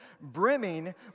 brimming